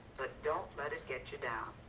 but don't let it get you down.